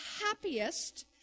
happiest